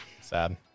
Sad